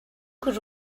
could